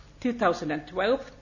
2012